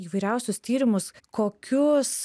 įvairiausius tyrimus kokius